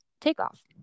takeoff